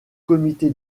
comité